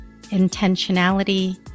intentionality